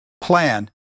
plan